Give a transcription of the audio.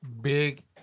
Big